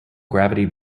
gravity